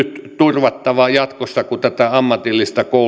turvattava jatkossa kun tätä ammatillista